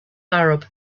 arab